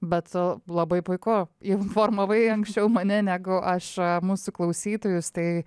bet labai puiku informavai anksčiau mane negu aš mūsų klausytojus tai